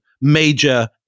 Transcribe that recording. major